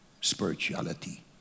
spirituality